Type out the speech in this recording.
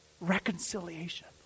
Reconciliation